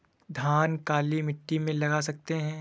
धान काली मिट्टी में लगा सकते हैं?